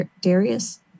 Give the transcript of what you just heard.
Darius